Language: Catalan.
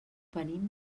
venim